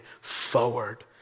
forward